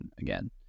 again